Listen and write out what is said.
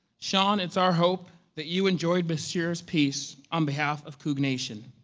shaun, it's our hope that you enjoyed basheera's piece on behalf of coug nation.